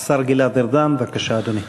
השר גלעד ארדן, בבקשה, אדוני.